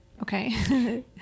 okay